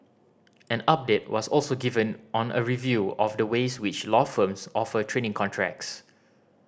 an update was also given on a review of the ways which law firms offer training contracts